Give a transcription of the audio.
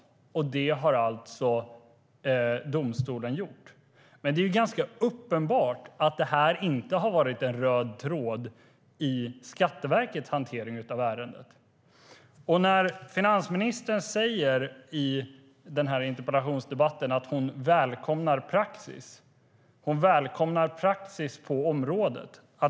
Detta har domstolen alltså gjort. Men det är ganska uppenbart att det här inte har varit en röd tråd i Skatteverkets hantering av ärendet. Finansministern säger i den här interpellationsdebatten att hon välkomnar att det skapas en praxis på området.